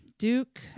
Duke